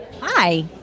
hi